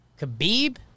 Khabib